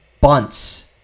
bunts